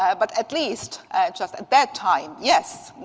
um but at least just, at that time, yes.